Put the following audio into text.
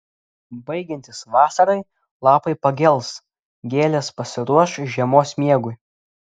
baigiantis vasarai lapai pagels gėlės pasiruoš žiemos miegui